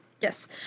Yes